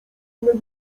nie